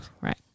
right